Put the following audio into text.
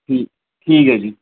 ठीक ऐ जी ओके